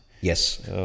Yes